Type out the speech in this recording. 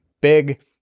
big